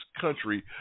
country